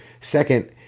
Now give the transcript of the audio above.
second